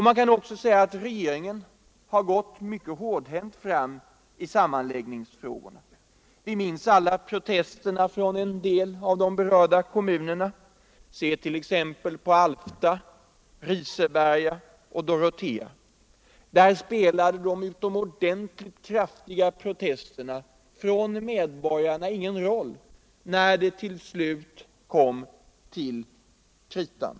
Man kan säga att regeringen gått mycket hårdhänt fram i sammanläggningsfrågorna. Vi minns alla protesterna från en del av de berörda kommunerna —t.ex. Alfta, Riseberga och Dorotea. Där spelade de utomordentligt kraftiga protesterna från medborgarna ingen roll när det kom till kritan.